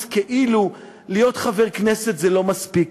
כאילו להיות חבר כנסת זה לא מספיק,